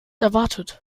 erwartet